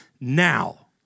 now